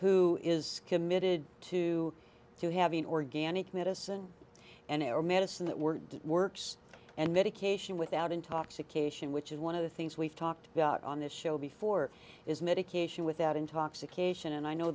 who is committed to to having organic medicine and our medicine that we're works and medication without intoxication which is one of the things we've talked about on this show before is medication without intoxication and i know